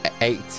eight